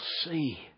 see